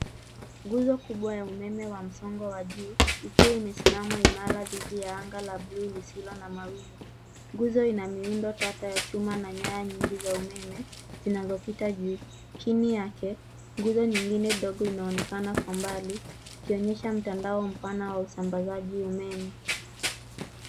Nguzo kubwa ya umeme wa msongo wa juu, ikiwa imesimama imara thidhi ya anga la bluu lisilo na mawingu. Nguzo ina miundo tata ya chuma na nyaya nyingi za umeme, zinazopita juu. Chini yake, nguzo nyingine dogo inaonekana kwa mbali, ikionyesha mtandao mpana wa usambazaji umeme.